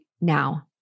now